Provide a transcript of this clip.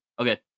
Okay